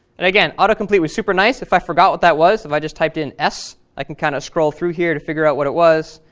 and again, autocomplete was super nice. if i forgot what that was, if i just typed in s, i can kind of scroll through here to figure out what it was,